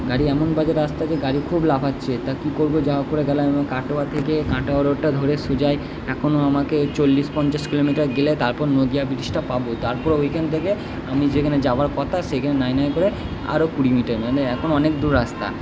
গাড়ি এমন বাজে রাস্তা যে গাড়ি খুব লাফাচ্ছে তা কি করবো যা হোক করে গেলাম আমি কাটোয়া থেকে কাটোয়া রোডটা ধরে সোজাই এখনো আমাকে চল্লিশ পঞ্চাশ কিলোমিটার গেলে তারপর নদিয়া ব্রিজটা পাবো তারপরে ওইখান থেকে আমি যেখানে যাওয়ার কথা সেখানে নাই নাই করে আরো কুড়ি মিটার মানে এখনো অনেক দূর রাস্তা